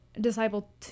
Disciple